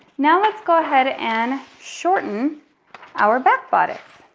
now, let's go ahead and shorten our back bodice.